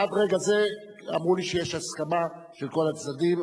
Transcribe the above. עד רגע זה אמרו לי שיש הסכמה של כל הצדדים.